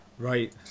Right